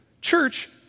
Church